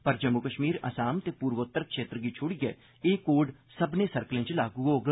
पर जम्मू कश्मीर असाम ते पूर्वोत्तर क्षेत्र गी दुड़िए एह् कोड सब्मनें सर्कलें च लागू होग